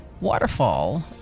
waterfall